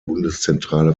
bundeszentrale